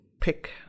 pick